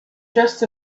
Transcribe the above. dressed